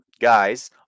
guys